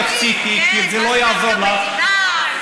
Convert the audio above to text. אתה יודע מה זה בדואי?